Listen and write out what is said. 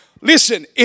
Listen